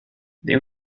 they